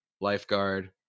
lifeguard